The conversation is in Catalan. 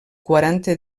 quaranta